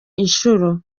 inshuro